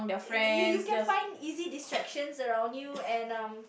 you you can find easy distractions around you and um